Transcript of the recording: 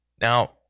Now